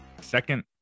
Second